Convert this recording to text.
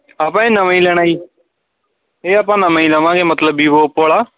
ਆਪਾਂ ਜੀ ਨਵਾਂ ਹੀ ਲੈਣਾ ਜੀ ਇਹ ਆਪਾਂ ਨਵਾਂ ਹੀ ਲਵਾਂਗੇ ਮਤਲਬ ਵੀਵੋ ਓਪੋ ਵਾਲਾ